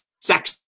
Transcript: sex